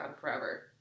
forever